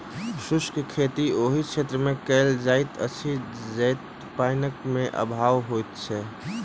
शुष्क खेती ओहि क्षेत्रमे कयल जाइत अछि जतय पाइनक अभाव होइत छै